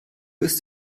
ist